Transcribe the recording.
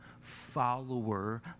follower